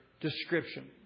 description